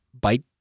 bite